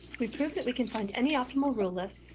we've proved that we can find any optimal rule list,